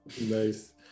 Nice